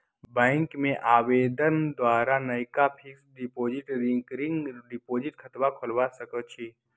bank में आवेदन द्वारा नयका फिक्स्ड डिपॉजिट, रिकरिंग डिपॉजिट खता खोलबा सकइ छी